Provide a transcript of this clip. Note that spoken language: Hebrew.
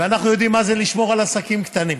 ואנחנו יודעים מה זה לשמור על עסקים קטנים,